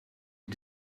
die